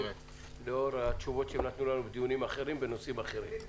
לאור התשובות שהם נתנו לנו בדיונים אחרים בנושאים אחרים.